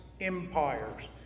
empires